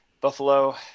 Buffalo